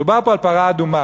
מדובר פה על פרה אדומה,